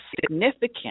Significant